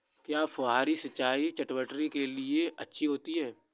क्या फुहारी सिंचाई चटवटरी के लिए अच्छी होती है?